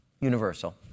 universal